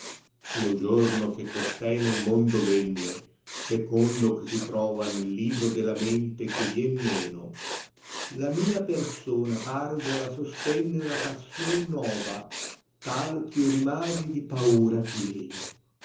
lo giorno che costei nel mondo renne secondo che si trova nel libro della mente che tien meno la mia persona parvola sostenne una passion nova tal ch'io rimasi di paura pieno